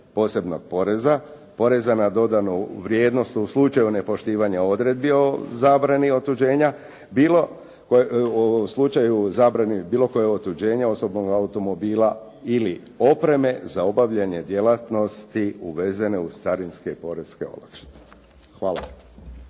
posebnog poreza, poreza na dodanu vrijednost u slučaju nepoštivanja odredbi o zabrani otuđenja, u slučaju zabrane bilo kojeg otuđenja osobnog automobila ili opreme za obavljanje djelatnosti uvezene uz carinske i poreske olakšice. Hvala.